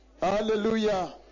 Hallelujah